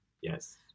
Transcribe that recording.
Yes